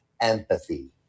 Empathy